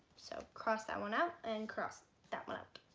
so cross that one up and cross that one up